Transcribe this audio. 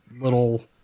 little